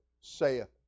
saith